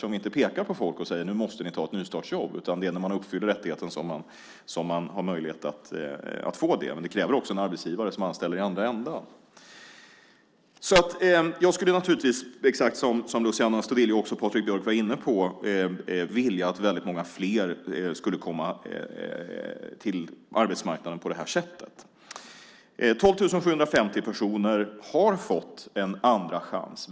Det är ju inte så att vi pekar på folk och säger att nu måste ni ta ett nystartsjobb, utan det är när man uppfyller rättigheten som man har möjlighet att få det. Det kräver också i andra änden en arbetsgivare som anställer. Jag skulle naturligtvis vilja, som också Luciano Astudillo och Patrik Björk var inne på, att väldigt många fler skulle komma in på arbetsmarknaden på det här sättet. 12 750 personer har fått en andra chans.